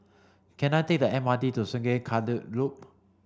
can I take the M R T to Sungei Kadut Loop